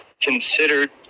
considered